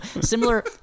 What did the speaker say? similar